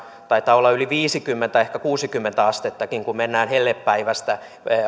lämpötilaero taitaa olla yli viisikymmentä ehkä kuusikymmentäkin astetta kun mennään hellepäivästä